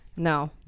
No